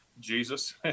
Jesus